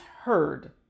heard